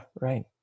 right